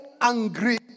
angry